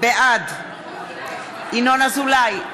בעד ינון אזולאי,